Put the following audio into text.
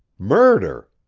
murder?